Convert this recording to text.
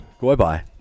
Goodbye